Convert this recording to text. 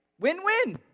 Win-win